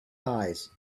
eyes